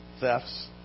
thefts